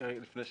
אני